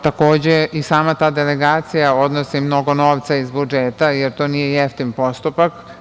Takođe, i sama ta delegacija odnosi mnogo novca iz budžeta jer to nije jeftin postupak.